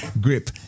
grip